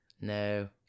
No